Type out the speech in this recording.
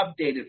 updated